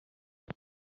day